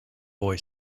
boy